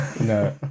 No